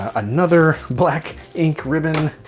another black ink ribbon.